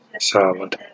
salad